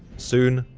soon,